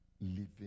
living